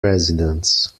residents